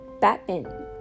Batman